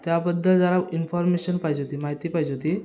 त्याबद्दल जरा इन्फॉर्मेशन पाहिजे होती माहिती पाहिजे होती